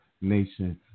Nation